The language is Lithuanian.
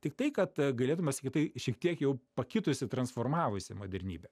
tiktai kad galėtume sakyt tai šiek tiek jau pakitusi transformavusi modernybė